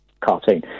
cartoon